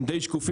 הם די שקופים.